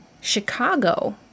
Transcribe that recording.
Chicago